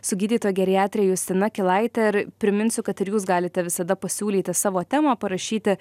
su gydytoja geriatrė justina kilaite ir priminsiu kad ir jūs galite visada pasiūlyti savo temą parašyti